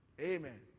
amen